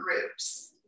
groups